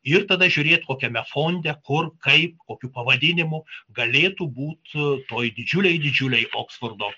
ir tada žiūrėt kokiame fonde kur kaip kokiu pavadinimu galėtų būt toj didžiulėj didžiulėj oksfordo